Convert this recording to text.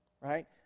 right